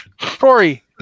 Corey